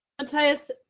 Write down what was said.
Matthias